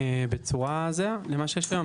בצורה זהה למה שיש היום.